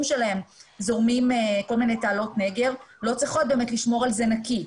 שלהם זורמים כול מיני תעלות נגר לא צריכות באמת לשמור על זה נקי.